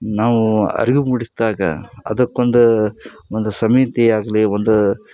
ನಾವು ಅರಿವು ಮೂಡಿಸಿದಾಗ ಅದಕ್ಕೊಂದು ಒಂದು ಸಮಿತಿ ಆಗಲಿ ಒಂದು